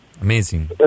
Amazing